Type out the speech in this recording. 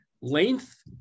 length